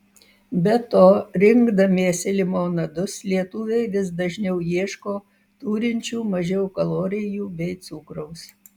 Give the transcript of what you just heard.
be to rinkdamiesi limonadus lietuviai vis dažniau ieško turinčių mažiau kalorijų bei cukraus